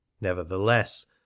nevertheless